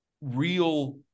real